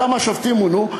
כמה שופטים מונו,